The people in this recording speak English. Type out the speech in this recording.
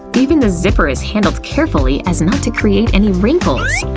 even the zipper is handled carefully as not to create any wrinkles.